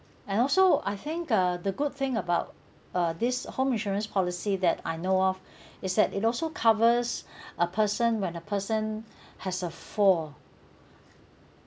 and also I think uh the good thing about uh this home insurance policy that I know of is that it also covers a person when a person has a fall